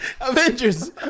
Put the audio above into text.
Avengers